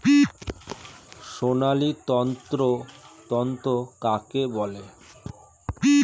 সোনালী তন্তু কাকে বলে?